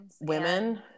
women